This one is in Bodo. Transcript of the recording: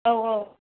औ औ